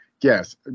Yes